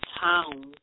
town